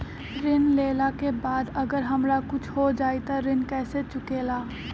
ऋण लेला के बाद अगर हमरा कुछ हो जाइ त ऋण कैसे चुकेला?